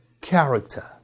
character